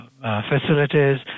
facilities